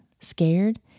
scared